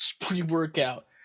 pre-workout